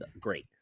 great